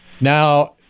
Now